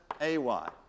Ay